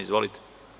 Izvolite.